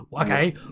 Okay